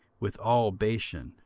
with all bashan,